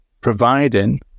providing